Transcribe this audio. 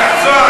כבוד השר,